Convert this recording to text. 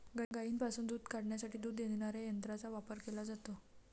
गायींपासून दूध काढण्यासाठी दूध देणाऱ्या यंत्रांचा वापर केला जातो